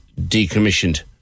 decommissioned